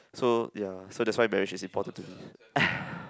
so ya so that's why marriage is important to me